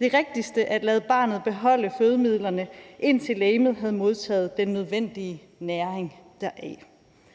rigtigste at lade barnet beholde fødemidlerne, indtil legemet havde modtaget den nødvendige næring deraf.